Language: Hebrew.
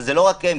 אבל זה לא רק הם,